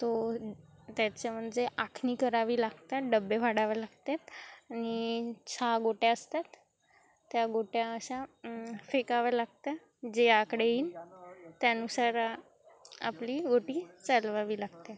तो त्याच्या म्हणजे आखणी करावी लागतात डब्बे भाडावे लागतात आणि छा गोट्या असतात त्या गोट्या अशा फेकाव्या लागतं जे आकडे येईन त्यानुसार आपली गोटी चालवावी लागते